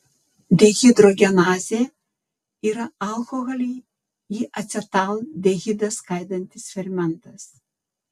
dehidrogenazė yra alkoholį į acetaldehidą skaidantis fermentas